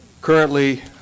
currently